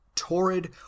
torrid